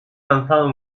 lanzado